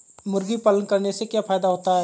मुर्गी पालन करने से क्या फायदा होता है?